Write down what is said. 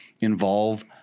involve